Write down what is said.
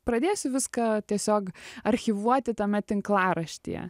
pradėsiu viską tiesiog archyvuoti tame tinklaraštyje